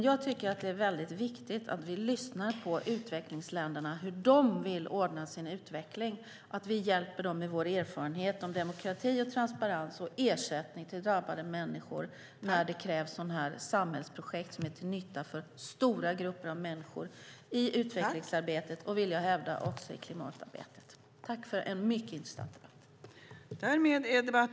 Jag tycker att det är viktigt att vi lyssnar på utvecklingsländerna, hur de vill ordna sin utveckling, och hjälper dem med vår erfarenhet av demokrati, transparens och ersättning till drabbade människor när det krävs samhällsprojekt som är till nytta för stora grupper av människor i utvecklingsarbetet och - vill jag hävda - också i klimatarbetet. Tack för en mycket intressant debatt!